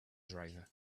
driver